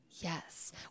Yes